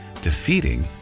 Defeating